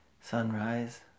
sunrise